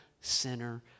sinner